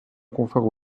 confère